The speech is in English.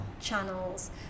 channels